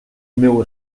meu